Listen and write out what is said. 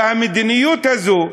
והמדיניות הזו,